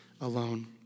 alone